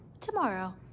tomorrow